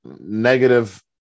negative